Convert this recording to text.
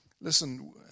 Listen